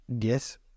yes